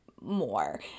more